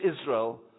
Israel